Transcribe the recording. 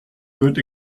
good